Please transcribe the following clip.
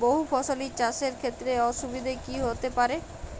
বহু ফসলী চাষ এর ক্ষেত্রে অসুবিধে কী কী হতে পারে?